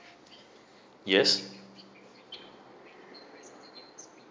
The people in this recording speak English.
yes